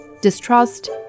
Distrust